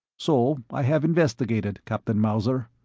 so i have investigated, captain mauser.